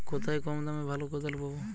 কোথায় কম দামে ভালো কোদাল পাব?